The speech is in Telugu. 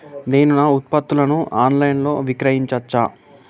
నేను నా ఉత్పత్తులను ఆన్ లైన్ లో విక్రయించచ్చా?